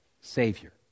Savior